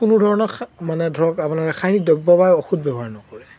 কোনো ধৰণৰ মানে ধৰক মানে ৰাসায়নিক দ্ৰব্য বা ঔষধ ব্যৱহাৰ নকৰে